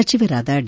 ಸಚಿವರಾದ ಡಿ